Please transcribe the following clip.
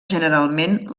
generalment